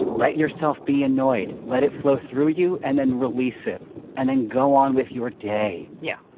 write yourself, be annoyed, let it flow through you and then release it and then go on with your day yeah,